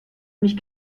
mich